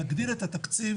להגדיל את התקציב.